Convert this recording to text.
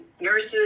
nurses